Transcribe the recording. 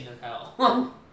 hell